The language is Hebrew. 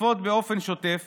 לצפות באופן שוטף